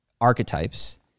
archetypes